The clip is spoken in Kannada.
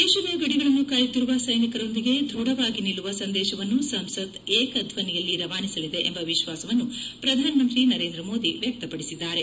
ದೇಶದ ಗಡಿಗಳನ್ನು ಕಾಯುತ್ತಿರುವ ಸೈನಿಕರೊಂದಿಗೆ ದ್ವಢವಾಗಿ ನಿಲ್ಲುವ ಸಂದೇಶವನ್ನು ಸಂಸತ್ ಏಕದ್ವನಿಯಲ್ಲಿ ರವಾನಿಸಲಿದೆ ಎಂಬ ವಿಶ್ವಾಸವನ್ನು ಪ್ರಧಾನಮಂತ್ರಿ ನರೇಂದ್ರ ಮೋದಿ ವ್ಯಕ್ತಪಡಿಸಿದ್ದಾರೆ